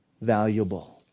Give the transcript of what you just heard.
valuable